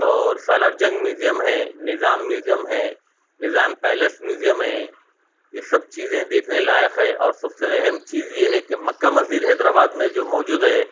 اور سالار جنگ میوزیم ہے نظام میوزیم ہے نظام پیلس میوزیم ہے یہ سب چیزیں دیکھنے لائق ہے اور سب سے اہم چیز یہ ہے کہ مکّہ مسجد حیدرآباد میں موجود ہے